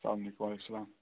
سَلام علیکُم وعلیکُم سَلام